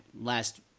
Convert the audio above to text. last